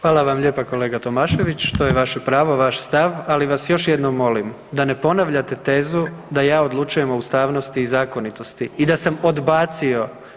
Hvala vam lijepa kolega Tomašević, to je vaše pravo, vaš stav, ali vas još jednom molim da ne ponavljate tezu da ja odlučujem o ustavnosti i zakonitosti i da sam odbacio.